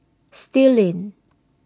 Still Lane